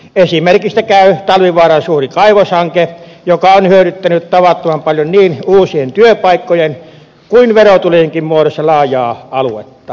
esimerkistä käy talvivaaran suuri kaivoshanke joka on hyödyttänyt tavattoman paljon niin uusien työpaikkojen kuin verotulojenkin muodossa laajaa aluetta